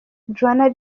juan